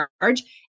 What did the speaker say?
charge